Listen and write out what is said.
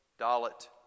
Dalit